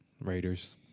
Raiders